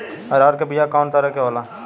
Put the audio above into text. अरहर के बिया कौ तरह के होला?